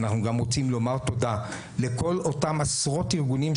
אנחנו גם רוצים לומר תודה לכל אותם עשרות ארגונים,